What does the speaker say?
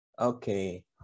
Okay